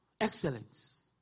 excellence